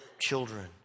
children